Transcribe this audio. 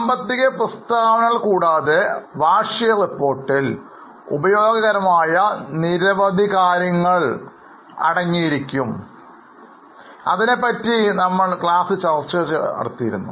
സാമ്പത്തിക പ്രസ്താവനകൾ കൂടാതെ വാർഷിക റിപ്പോർട്ടിൽ ഉപയോഗപ്രദമായ നിരവധി വിവരങ്ങൾ ഉണ്ടാകും അതിനെപ്പറ്റി നമ്മൾ ക്ലാസിൽ ചർച്ച ചെയ്തിരുന്നു